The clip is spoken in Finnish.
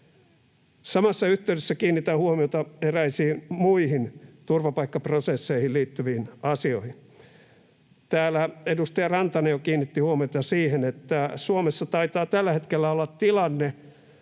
Samassa yhteydessä kiinnitän huomiota eräisiin muihin turvapaikkaprosesseihin liittyviin asioihin. Täällä edustaja Rantanen jo kiinnitti huomiota siihen, että Suomessa taitaa tällä hetkellä olla tilanne,